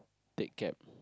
take cab